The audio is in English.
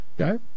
Okay